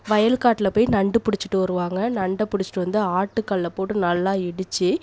வயல்காட்டில் போய் நண்டு பிடிச்சிட்டு வருவாங்க நண்டை பிடிச்சிட்டு வந்து ஆட்டுக்கல்ல போட்டு நல்லா இடித்து